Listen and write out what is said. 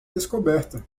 descoberta